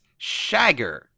Shagger